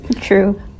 True